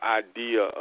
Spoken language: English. idea